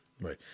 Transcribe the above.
Right